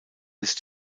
ist